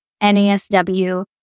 NASW